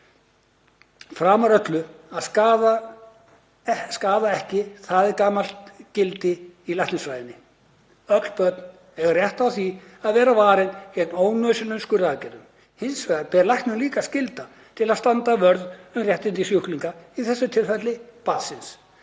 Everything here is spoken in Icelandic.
Framar öllu að skaða ekki, það er gamalt gildi í læknisfræðinni. Öll börn eiga rétt á því að vera varin gegn ónauðsynlegum skurðaðgerðum. Hins vegar ber læknum líka skylda til að standa vörð um réttindi sjúklinga, í þessu tilfelli barnsins